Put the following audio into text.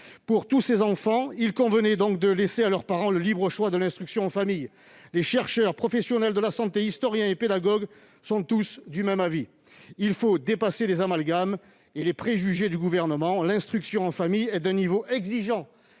la phobie scolaires. Il convenait donc de laisser aux parents de tous ces enfants le libre choix de l'instruction en famille. Les chercheurs, professionnels de la santé, historiens et pédagogues sont tous du même avis. Il faut dépasser les amalgames et les préjugés du Gouvernement : l'instruction en famille est d'un niveau exigeant,